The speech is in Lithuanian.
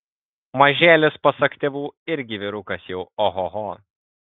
mažėlis pasak tėvų irgi vyrukas jau ohoho